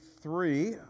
three